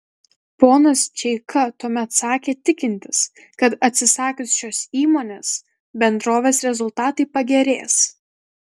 ponas čeika tuomet sakė tikintis kad atsisakius šios įmonės bendrovės rezultatai pagerės